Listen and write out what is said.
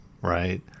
right